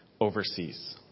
overseas